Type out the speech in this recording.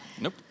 Nope